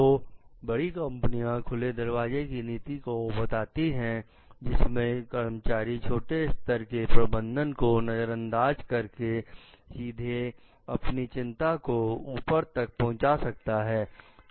तो बड़ी कंपनियां खुले दरवाजे की नीति को बताती हैं जिसमें कर्मचारी छोटे स्तर के प्रबंधन को नजरअंदाज करके सीधे अपनी चिंता को ऊपर तक पहुंचा सकता है